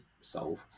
solve